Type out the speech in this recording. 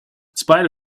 spite